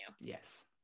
yes